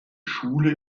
schule